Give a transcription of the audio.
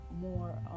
more